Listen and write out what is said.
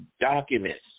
documents